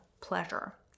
pleasure